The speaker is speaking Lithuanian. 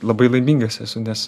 labai laimingas esu nes